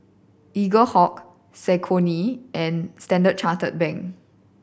Eaglehawk Saucony and Standard Chartered Bank